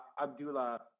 Abdullah